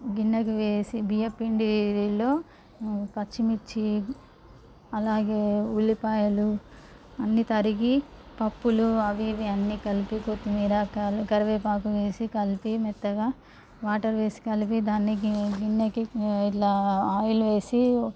గిన్నెకి వేసి బియ్యపు పిండిలో పచ్చిమిర్చి అలాగే ఉల్లిపాయలు అన్నీ తరిగి పప్పులు అవి ఇవి అన్నీ కలిపి కొత్తిమీర కరివేపాకు వేసి కలిపి మెత్తగా వాటర్ వేసి కలిపి దాన్ని గిన్నెకి ఇట్లా ఆయిల్ వేసి